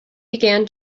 began